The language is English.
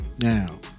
Now